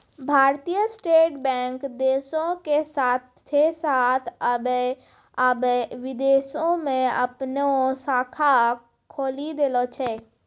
भारतीय state bank देशो के साथे साथ अबै विदेशो मे अपनो शाखा खोलि देले छै